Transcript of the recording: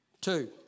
two